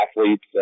athletes